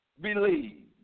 Believe